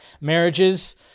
marriages